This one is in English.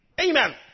Amen